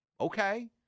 Okay